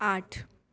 આઠ